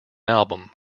album